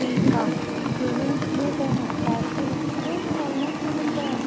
ठीकु आहे पेमेंट कीअं कया मां कैश में वठंदो या ऑनलाइन पेमेंट कया